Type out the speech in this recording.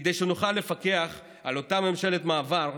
כדי שנוכל לפקח על אותה ממשלת מעבר,